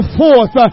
forth